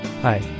Hi